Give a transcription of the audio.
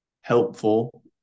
helpful